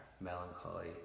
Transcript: melancholy